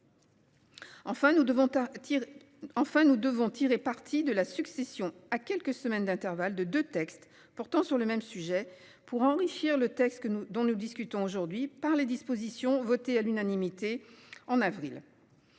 enfin nous devons tirer parti de la succession, à quelques semaines d'intervalle de 2 textes pourtant sur le même sujet. Pour enrichir le texte que nous dont nous discutons aujourd'hui par les dispositions votées à l'unanimité en avril.